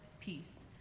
peace